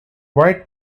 white